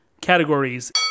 categories